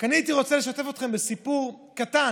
רק אני הייתי רוצה לשתף אתכם בסיפור קטן,